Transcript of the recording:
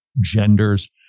genders